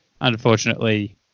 unfortunately